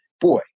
boy